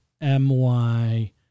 M-Y